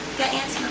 got ants